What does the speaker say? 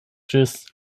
ĝis